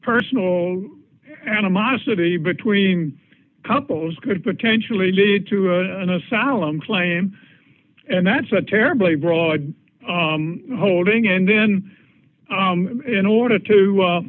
personal animosity between couples could potentially lead to an asylum claim and that's a terribly broad holding and then in order to